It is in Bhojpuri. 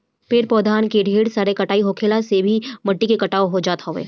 पेड़ पौधन के ढेर कटाई होखला से भी माटी के कटाव हो जात हवे